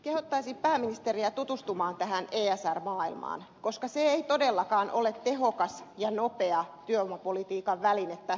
kehottaisin pääministeriä tutustumaan tähän esr maailmaan koska se ei todellakaan ole tehokas ja nopea työvoimapolitiikan väline tässä lamassa